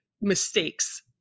mistakes